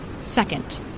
Second